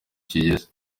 kigeze